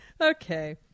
Okay